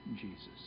Jesus